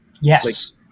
Yes